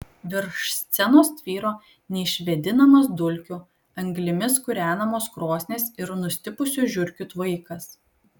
virš scenos tvyro neišvėdinamas dulkių anglimis kūrenamos krosnies ir nustipusių žiurkių tvaikas